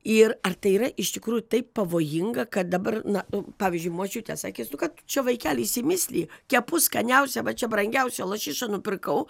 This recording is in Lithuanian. ir ar tai yra iš tikrųjų taip pavojinga kad dabar na pavyzdžiui močiutė sakė ką tu čia vaikeli išsimisliji kepu skaniausią va čia brangiausią lašišą nupirkau